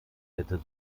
hätte